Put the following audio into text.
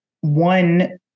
One